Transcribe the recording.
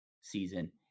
season